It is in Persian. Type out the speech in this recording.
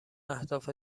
اهداف